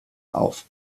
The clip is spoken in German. auf